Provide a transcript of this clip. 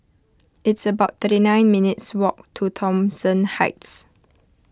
it's about thirty nine minutes' walk to Thomson Heights